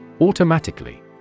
Automatically